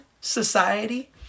society